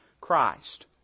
Christ